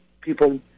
people